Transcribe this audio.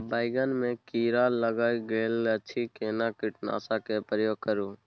बैंगन में कीरा लाईग गेल अछि केना कीटनासक के प्रयोग करू?